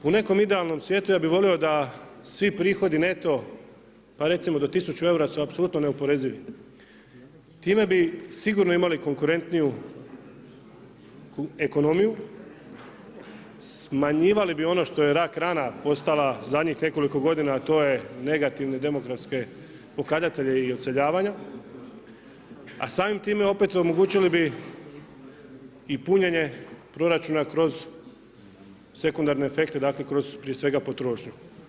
U nekom idealnom svijetu ja bih volio da svi prihodi neto pa recimo do tisuću eura su apsolutno neoporezivi, time bi sigurno imali konkurentniju ekonomiju, smanjivali bi ono što je rak rana postala zadnjih nekoliko godina, a to je negativne demografske pokazatelje i odseljavanja, a samim time opet omogućili bi i punjenje proračuna kroz sekundarne efekte dakle prije svega kroz potrošnju.